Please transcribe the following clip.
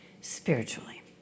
spiritually